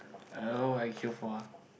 uh what would I queue for ah